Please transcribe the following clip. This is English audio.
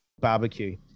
barbecue